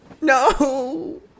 No